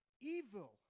evil